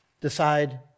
decide